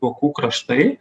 vokų kraštai